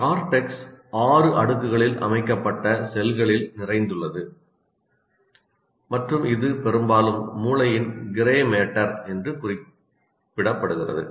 cortex ஆறு அடுக்குகளில் அமைக்கப்பட்ட செல்களில் நிறைந்துள்ளது மற்றும் இது பெரும்பாலும் மூளையின் கிரே மேட்டர் என்று குறிப்பிடப்படுகிறது